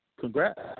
Congrats